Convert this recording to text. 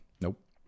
nope